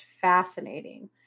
fascinating